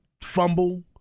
fumble